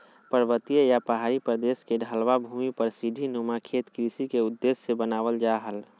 पर्वतीय या पहाड़ी प्रदेश के ढलवां भूमि पर सीढ़ी नुमा खेत कृषि के उद्देश्य से बनावल जा हल